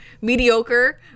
mediocre